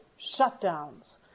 shutdowns